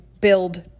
build